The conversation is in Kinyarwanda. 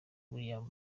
william